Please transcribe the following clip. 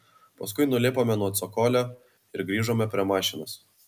paskui nulipome nuo cokolio ir grįžome prie mašinos